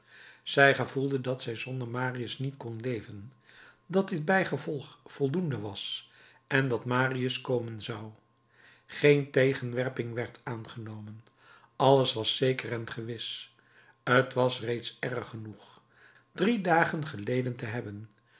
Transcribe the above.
zij gevoelde dat zij zonder marius niet kon leven dat dit bijgevolg voldoende was en dat marius komen zou geen tegenwerping werd aangenomen alles was zeker en gewis t was reeds erg genoeg drie dagen geleden te hebben